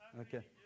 Okay